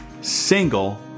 single